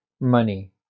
Money